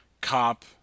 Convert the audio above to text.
cop